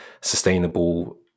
sustainable